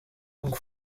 donc